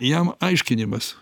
jam aiškinimas